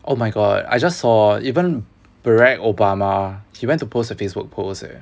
oh my god I just saw even barack obama he went to post a facebook post eh